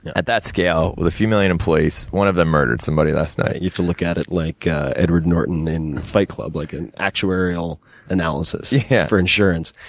at that scale, with a few million employees, one of them murdered someone last night. you have to look at it like edward norton in fight club, like, an actuarial analysis. yeah. for insurance,